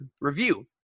review